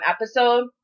episode